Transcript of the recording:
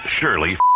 Shirley